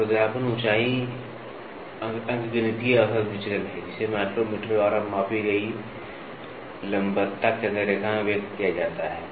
खुरदरापन ऊंचाई अंकगणितीय औसत विचलन है जिसे माइक्रोमीटर और मापी गई लंबवतता केंद्र रेखा में व्यक्त किया जाता है